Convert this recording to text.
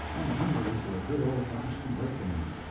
and hungry for a good, old-fashioned break-down.